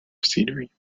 scenery